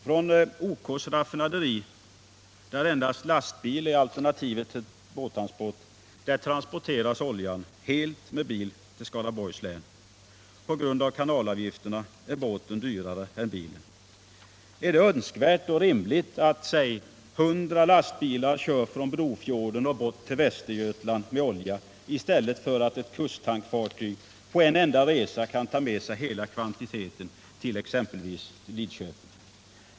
Från OK:s raffinaderi, där endast lastbil är alternativet till båttransport, transporteras oljan helt med bil till Skaraborgs län. På grund av kanalavgifterna är båten dyrare än bilen. Är det önskvärt och rimligt att t.ex. 100 lastbilar kör från Brofjorden till Västergötland med olja i stället för att ett kusttankfartyg på en enda resa kan ta med sig hela kvantiteten till exempelvis Lidköping?